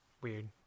Weird